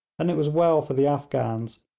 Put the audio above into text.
and it was well for the afghans,